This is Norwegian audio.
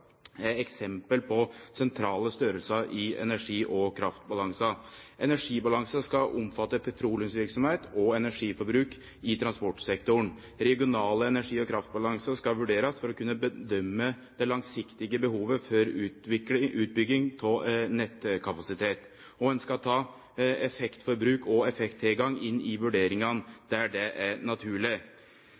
er eksempel på sentrale storleikar i energi- og kraftbalansen. Energibalansen skal omfatte petroleumsverksemd og energiforbruk i transportsektoren. Regionale energi- og kraftbalansar skal vurderast for å kunne bedømme det langsiktige behovet for utbygging av nettkapasitet. Og ein skal ta effektforbruk og effekttilgang inn i vurderingane der det er naturleg.